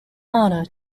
anna